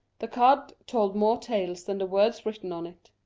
the card told more tales than the words written on it.